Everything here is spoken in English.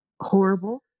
horrible